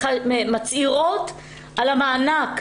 מצהירות על המענק,